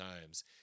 times